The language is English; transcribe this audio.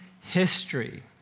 history